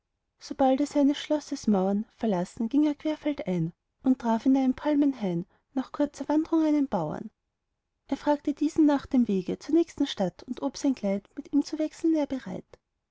sobald er seines schlosses mauern verlassen ging er querfeldein und traf in einem palmenhain nach kurzer wandrung einen bauern er fragte diesen nach dem wege zur nächsten stadt und ob sein kleid mit ihm zu wechseln er bereit